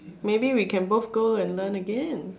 maybe we can both go and learn again